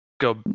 go